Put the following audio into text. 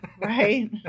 Right